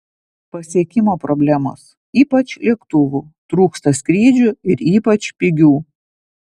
pasiekimo problemos ypač lėktuvų trūksta skrydžių ir ypač pigių